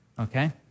okay